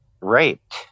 raped